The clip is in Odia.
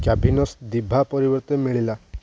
କ୍ୟାଭିନସ୍ ଦିଭା ପରିବର୍ତ୍ତେ ମିଳିଲା